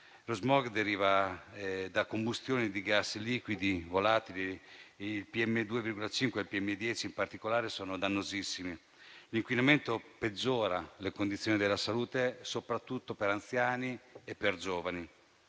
Lo smog deriva da combustione di gas liquidi volatili. In particolare il PM 2,5 e il PM 10 sono dannosissimi. L'inquinamento peggiora le condizioni della salute, soprattutto per anziani, giovani